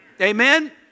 Amen